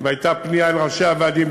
והייתה פנייה אל ראשי הוועדים,